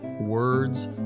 words